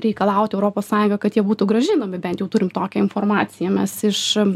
reikalauti europos sąjunga kad jie būtų grąžinami bent jau turim tokią informaciją mes iš